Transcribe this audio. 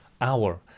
hour